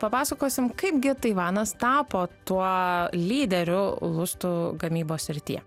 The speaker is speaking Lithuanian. papasakosim kaipgi taivanas tapo tuo lyderiu lustų gamybos srityje